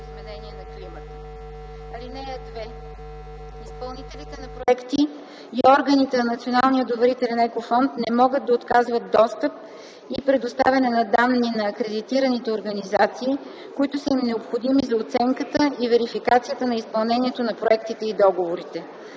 климата. (2) Изпълнителите на проекти и органите на НДЕФ не могат да отказват достъп и предоставяне на данни на акредитираните организации, които са им необходими за оценката и верификацията на изпълнението на проектите и договорите.